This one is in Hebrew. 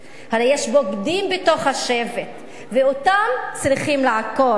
הרי יש בוגדים בתוך השבט, ואותם צריכים לעקור,